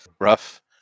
rough